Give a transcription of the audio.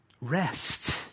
rest